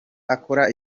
akora